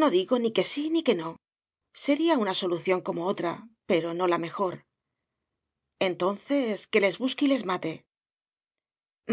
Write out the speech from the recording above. no digo ni que sí ni que no sería una solución como otra pero no la mejor entonces que les busque y les mate